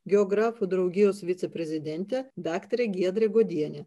geografų draugijos viceprezidentę daktarę giedrę godienę